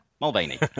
Mulvaney